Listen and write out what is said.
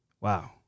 Wow